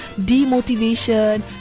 demotivation